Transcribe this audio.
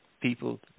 people